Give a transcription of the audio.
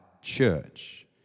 church